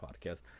podcast